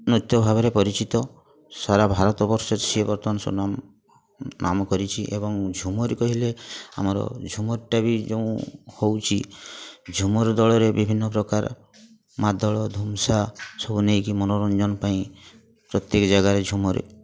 ନୃତ୍ୟ ଭାବରେ ପରିଚିତ ସାରା ଭାରତବର୍ଷ ସିଏ ବର୍ତ୍ତମାନ ସୁନାମ୍ ନାମ କରିଛି ଏବଂ ଝୁମର କହିଲେ ଆମର ଝୁମରଟା ବି ଯେଉଁ ହେଉଛି ଝୁମର ଦଳରେ ବିଭିନ୍ନ ପ୍ରକାର ମାଦଳ ଧୂମସା ସବୁ ନେଇକି ମନୋରଞ୍ଜନ ପାଇଁ ପ୍ରତ୍ୟେକ ଜାଗାରେ ଝୁମରେ